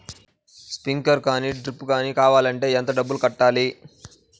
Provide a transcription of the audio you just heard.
Sprinkler కానీ డ్రిప్లు కాని కావాలి అంటే ఎంత డబ్బులు కట్టాలి?